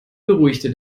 beruhigte